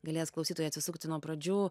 galės klausytojai atsisukti nuo pradžių